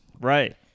Right